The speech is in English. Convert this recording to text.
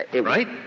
right